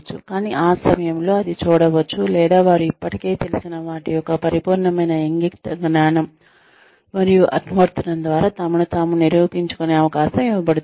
కానీ ఆ సమయంలో అది చూడవచ్చు లేదా వారు ఇప్పటికే తెలిసిన వాటి యొక్క పరిపూర్ణమైన ఇంగితజ్ఞానం మరియు అనువర్తనం ద్వారా తమను తాము నిరూపించుకునే అవకాశం ఇవ్వబడుతుంది